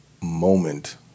moment